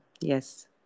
yes